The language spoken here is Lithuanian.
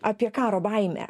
apie karo baimę